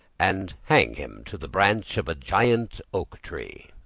and hang him to the branch of a giant oak tree.